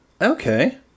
okay